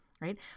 right